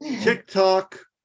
TikTok